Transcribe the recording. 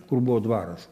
kur buvo dvaras